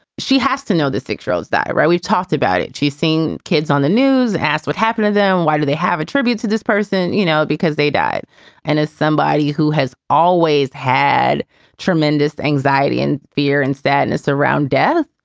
she has to know the six year that we've talked about it. she's seen kids on the news. asked what happened to them? why do they have a tribute to this person? you know, because they died and as somebody who has always had tremendous anxiety and fear and sadness around death,